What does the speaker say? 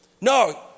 No